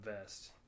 vest